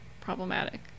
problematic